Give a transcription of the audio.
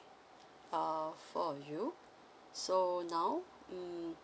uh four of you so now mm